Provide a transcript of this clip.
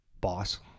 boss